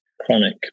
chronic